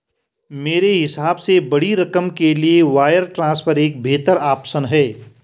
मेरे हिसाब से बड़ी रकम के लिए वायर ट्रांसफर एक बेहतर ऑप्शन है